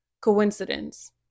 coincidence